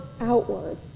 outward